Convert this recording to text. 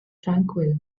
tranquil